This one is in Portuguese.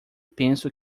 penso